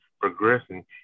progressing